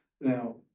now